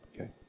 Okay